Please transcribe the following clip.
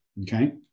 Okay